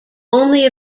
only